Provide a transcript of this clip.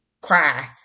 cry